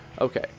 Okay